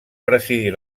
presidir